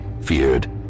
feared